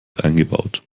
eingebaut